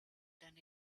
done